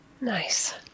Nice